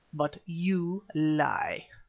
but you lie.